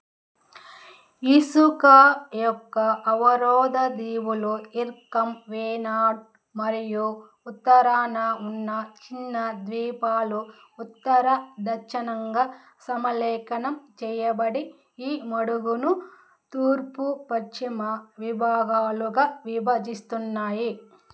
ఇసుక యొక్క అవరోధ దీవులు ఇర్కం వేనాడ్ మరియు ఉత్తరాన ఉన్న చిన్న ద్వీపాలు ఉత్తర దక్షిణంగా సమలేఖనం చేయబడి ఈ మడుగును తూర్పు పశ్చిమ విభాగాలుగా విభజిస్తున్నాయి